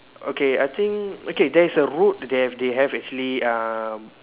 okay I think okay there is a route they have they have actually um